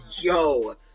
yo